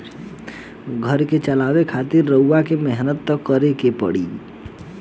घर के चलावे खातिर रउआ मेहनत त करें के ही पड़ी